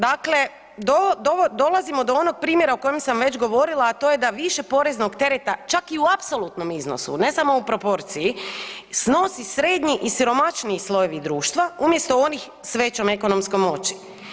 Dakle, dolazimo do onog primjera o kojem sam već govorila da više poreznog tereta čak i u apsolutnom iznosu, ne samo u proporciji snosi srednji i siromašniji slojevi društva umjesto onih s većom ekonomskom moći.